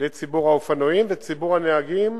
לציבור האופנוענים ולציבור הנהגים,